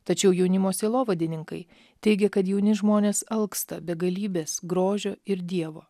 tačiau jaunimo sielovadininkai teigia kad jauni žmonės alksta begalybės grožio ir dievo